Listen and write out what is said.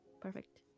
Perfect